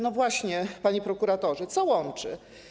No właśnie, panie prokuratorze, co łączy?